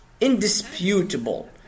indisputable